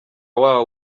waba